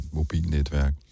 mobilnetværk